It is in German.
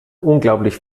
unglaublich